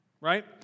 Right